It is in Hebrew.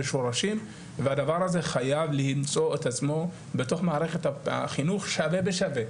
בשורשים והדבר הזה חייב למצוא את עצמו בתוך מערכת החינוך שווה בשווה,